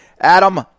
Adam